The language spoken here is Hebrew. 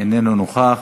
איננו נוכח.